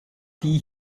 die